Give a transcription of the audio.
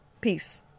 Peace